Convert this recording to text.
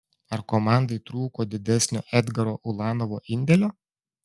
ar komandai trūko didesnio edgaro ulanovo indėlio